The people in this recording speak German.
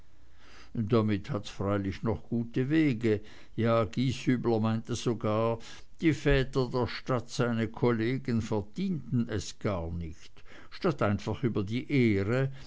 damit hat's freilich noch gute wege ja gieshübler meinte sogar die väter der stadt seine kollegen verdienten es gar nicht statt einfach über die ehre